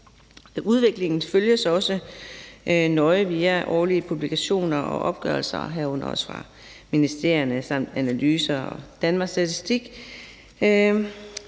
Udviklingen følges også nøje via årlige publikationer og opgørelser, herunder også fra ministerierne, samt analyser fra Danmarks Statistik.